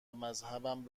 مذهبم